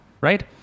right